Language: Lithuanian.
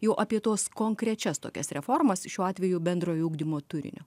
jau apie tuos konkrečias tokias reformas šiuo atveju bendrojo ugdymo turinio